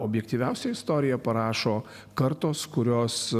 objektyviausią istoriją parašo kartos kurios